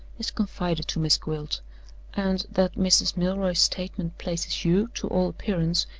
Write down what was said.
is confided to miss gwilt and that mrs. milroy's statement places you, to all appearance,